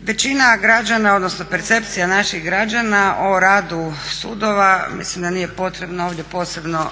Većina građana odnosno percepcija naših građana o radu sudova mislim da nije potrebno ovdje posebno